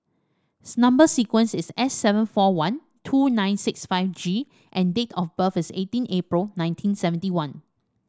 number sequence is S seven four one two nine six five G and date of birth is eighteen April nineteen seventy one